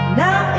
now